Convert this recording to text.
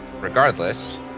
Regardless